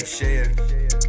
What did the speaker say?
share